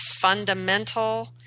fundamental